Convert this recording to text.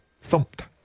Thumped